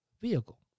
vehicle